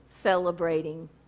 celebrating